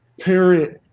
parent